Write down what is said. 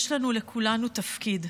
יש לנו, לכולנו, תפקיד.